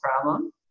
problem